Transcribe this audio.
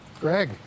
Greg